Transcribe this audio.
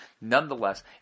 nonetheless